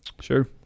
Sure